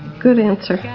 good answer.